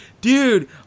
dude